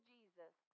Jesus